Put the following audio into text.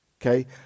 Okay